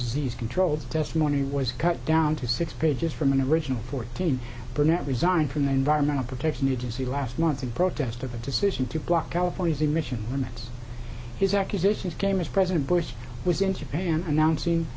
disease control's testimony was cut down to six pages from an original fourteen burnett resigned from the environmental protection agency last month in protest of the decision to block allegories emission limits his accusations came as president bush was in japan announcing